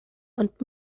und